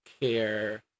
care